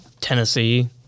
Tennessee